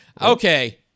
Okay